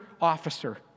officer